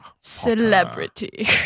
Celebrity